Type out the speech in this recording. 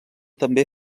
també